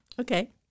Okay